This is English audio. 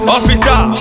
Officer